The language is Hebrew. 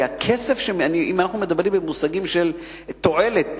אם אנחנו מדברים במושגים של תועלת